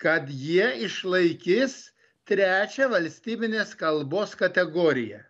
kad jie išlaikys trečią valstybinės kalbos kategoriją